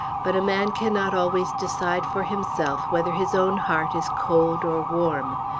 but a man cannot always decide for himself whether his own heart is cold or warm.